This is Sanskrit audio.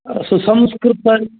सुसंस्कृत